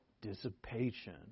dissipation